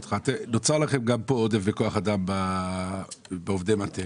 נוצר לכם גם פה עודף וכוח אדם בעובדי מטה.